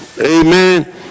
Amen